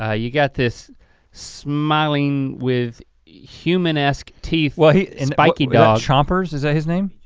ah you got this smiling with human-esque teeth well he spiky dog. chompers, is that his name?